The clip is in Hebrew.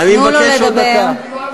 אני מבקש עוד דקה.